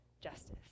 justice